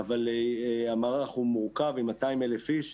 אבל המערך הוא מורכב עם 200,000 איש.